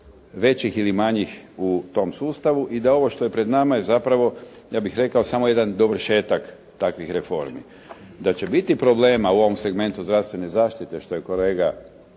većih ili manjih u tom sustavu i da je ovo što je pred nama je zapravo, ja bih rekao samo jedan dovršetak takvih reformi. Da će biti problema u ovom segmentu zdravstvene zaštite što je kolega